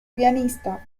pianista